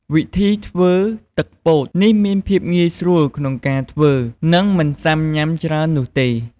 វិធីធ្វើទឹកពោត នេះមានភាពងាយស្រួលក្នុងការធ្វើ និងមិនសាំញ៉ាំច្រើននោះទេ។